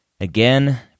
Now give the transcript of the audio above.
again